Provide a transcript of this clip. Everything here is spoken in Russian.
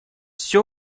все